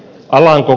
alanko